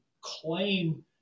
claim